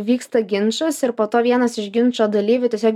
vyksta ginčas ir po to vienas iš ginčo dalyvių tiesiog